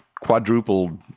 quadrupled